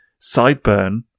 Sideburn